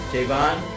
Javon